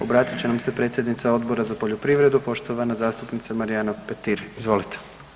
Obratit će nam se predsjednica Odbora za poljoprivredu, poštovana zastupnica Marijana Petir, izvolite.